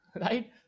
right